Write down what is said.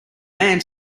man